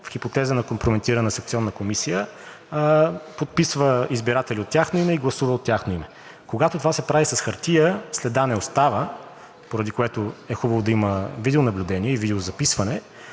в хипотеза на компрометирана секционна комисия, подписва избиратели от тяхно име и гласува от тяхно име. Когато това се прави с хартия, следа не остава, поради което е хубаво да има видеонаблюдение и видеозаписване,